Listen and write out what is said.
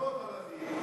עשרות אלפים.